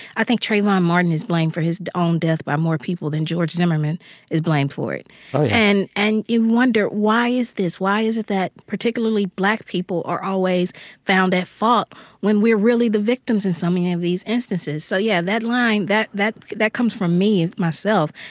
i think trayvon martin is blamed for his own death by more people than george zimmerman is blamed for it oh, yeah and and you wonder, why is this? why is it that particularly black people are always found at fault when we're really the victims in so many of these instances? so yeah, that line, that that comes from me myself.